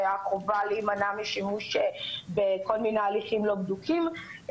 והחובה להימנע משימוש בכל מיני הליכים לא בדוקים,